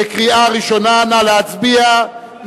קריאה ראשונה, נא להצביע.